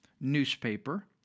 newspaper